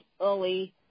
early